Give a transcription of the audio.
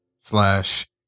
slash